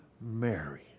Mary